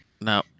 No